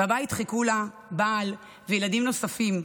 בבית חיכו לה בעל וילדים נוספים,